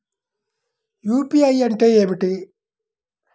UPI అంటే ఏమిటీ?